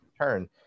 turn